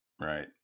Right